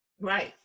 Right